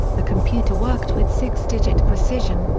the computer worked with six digit precision,